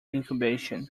incubation